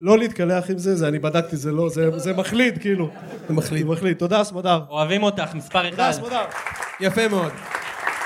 לא להתקלח עם זה, אני בדקתי זה לא, זה מחליד כאילו זה מחליד, זה מחליד, תודה סמדר אוהבים אותך מספר אחד תודה סמדר, יפה מאוד